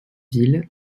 ville